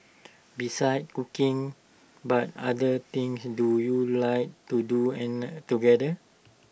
besides cooking but other things do you like to do together